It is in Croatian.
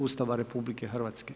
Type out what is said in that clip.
Ustava RH.